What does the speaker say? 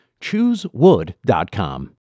ChooseWood.com